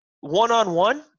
One-on-one